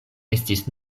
estis